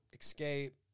Escape